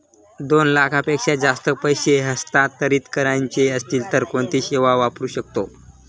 दोन लाखांपेक्षा जास्त पैसे हस्तांतरित करायचे असतील तर कोणती सेवा वापरू शकतो?